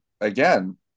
again